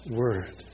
word